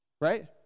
right